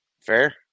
Fair